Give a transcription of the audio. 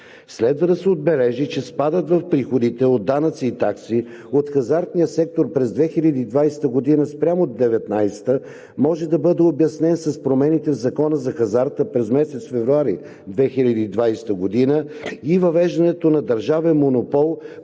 Следва да се отбележи, че спадът в приходите от данъци и такси от хазартния сектор през 2020 г. спрямо 2019 г. може да бъде обяснен с промените в Закона за хазарта през месец февруари 2020 г. и въвеждането на държавен монопол